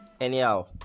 Anyhow